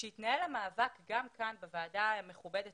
כשהתנהל המאבק גם כאן בוועדה המכובדת